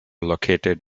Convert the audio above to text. located